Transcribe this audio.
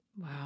Wow